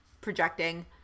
projecting